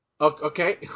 Okay